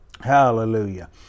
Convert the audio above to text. Hallelujah